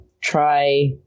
try